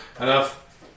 enough